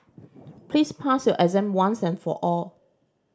please pass your exam once and for all